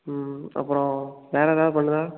ம் ம் அப்புறம் வேறு எதாவது பண்ணுதா